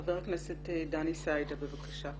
חבר הכנסת דן סידה, בבקשה.